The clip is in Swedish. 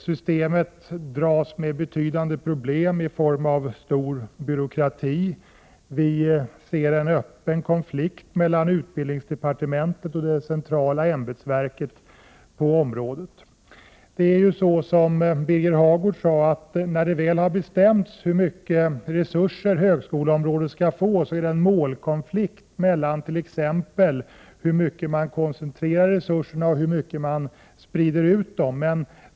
Systemet dras med betydande problem i form av en stor byråkrati. Vi ser en öppen konflikt mellan utbildningsdepartementet och det centrala ämbetsverket på området. När det väl har bestämts hur stora resurser högskoleområdet skall få finns det, som Birger Hagård sade, en målkonflikt exempelvis mellan hur mycket man koncentrerar och hur mycket man sprider ut dem.